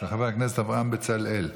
של חבר הכנסת אברהם בצלאל,